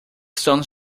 stones